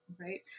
Right